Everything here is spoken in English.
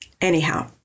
Anyhow